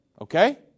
Okay